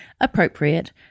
appropriate